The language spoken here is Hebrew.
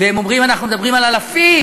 והם אומרים: אנחנו מדברים על אלפים,